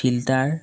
filter